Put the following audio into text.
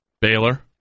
Baylor